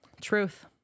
truth